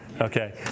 Okay